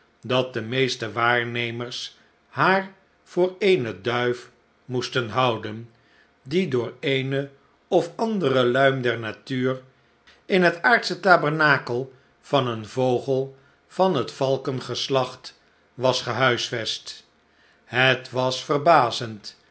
dat de meeste waarnemers haar voor eene duif moesten houden die door eene of andere luim der natuur in den aardschen tabernakel van een vogel van het valkengeslacht was gehuisvest het was verbazend